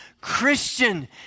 Christian